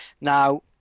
Now